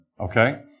Okay